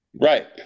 Right